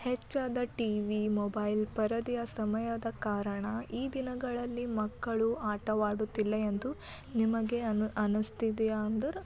ಹೆಚ್ಚಾದ TV mobile ಪರದೆಯ ಸಮಯದ ಕಾರಣ ಈ ದಿನಗಳಲ್ಲಿ ಮಕ್ಕಳು ಆಟವಾಡುತ್ತಿಲ್ಲ ಎಂದು ನಿಮಗೆ ಅನ್ನಿಸ್ತಿದ್ಯಾ ಅಂದ್ರೆ